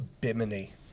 Bimini